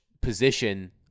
position